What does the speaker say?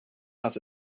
has